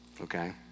okay